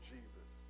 Jesus